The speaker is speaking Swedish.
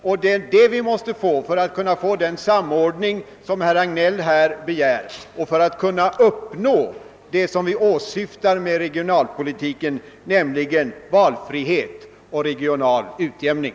Vi måste få en sådan plan för att kunna skapa den samordning herr Hagnell begärde och för att förverkliga vad vi anser vara regionalpolitikens syften, nämligen valfrihet och regional utjämning.